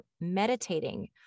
meditating